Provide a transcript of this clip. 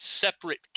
separate